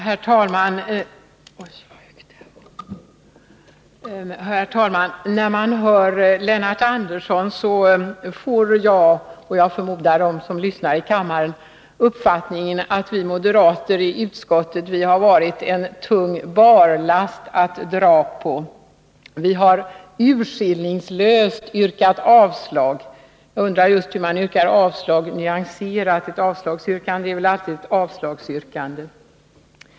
Herr talman! När jag hör Lennart Andersson får jag, och jag förmodar de som lyssnar i kammaren, uppfattningen att vi moderater i utskottet har varit en tung barlast att dra på. Vi har urskillningslöst yrkat avslag. Jag undrar just hur man yrkar avslag nyanserat? Ett avslagsyrkande är väl alltid ett avslagsyrkande.